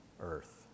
earth